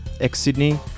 Ex-Sydney